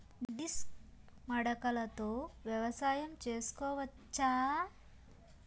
Disc మడకలతో వ్యవసాయం చేసుకోవచ్చా??